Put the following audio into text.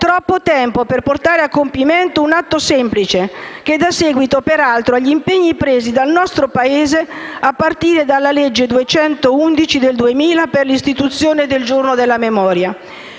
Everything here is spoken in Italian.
troppo tempo per portare a compimento un atto semplice, che dà seguito, peraltro, agli impegni presi dal nostro Paese, a partire dalla legge n. 211 del 2000 per l'istituzione del Giorno della memoria,